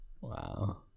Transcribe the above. Wow